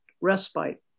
respite